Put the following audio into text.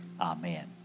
Amen